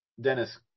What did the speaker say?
Dennis